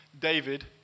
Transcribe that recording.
David